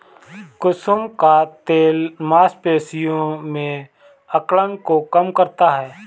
कुसुम का तेल मांसपेशियों में अकड़न को कम करता है